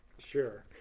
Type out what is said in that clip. sure.